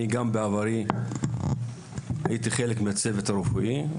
אני גם בעברי הייתי חלק מהצוות הרפואי,